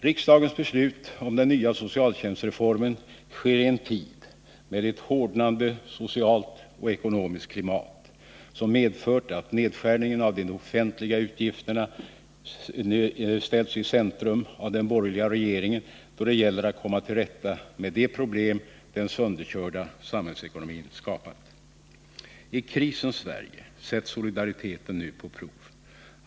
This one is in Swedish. Riksdagens beslut om den nya socialtjänstreformen sker i en tid med ett hårdnande socialt och ekonomiskt klimat, som medfört att nedskärningar av de offentliga utgifterna ställts i centrum av den borgerliga regeringen då det gäller att komma till rätta med de problem den sönderkörda samhällsekonomin skapat. I krisens Sverige sätts solidariteten nu på prov.